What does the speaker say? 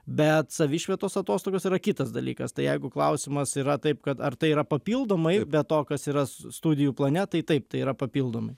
bet savišvietos atostogos yra kitas dalykas tai jeigu klausimas yra taip kad ar tai yra papildomai be to kas yra studijų plane tai taip tai yra papildomai